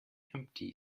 empty